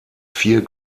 vier